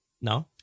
no